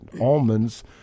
almonds